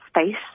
space